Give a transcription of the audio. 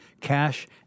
cash